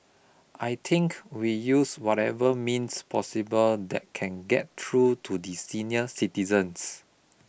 I think we use whatever means possible that can get through to the senior citizens